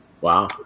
wow